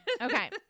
Okay